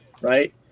right